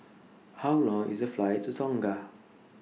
How Long IS The Flight to Tonga